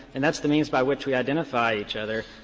and that's the means by which we identify each other.